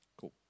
Cool